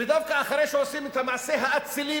ודווקא אחרי שעושים את המעשה ה"אצילי"